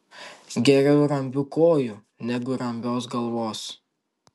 geriau rambių kojų negu rambios galvos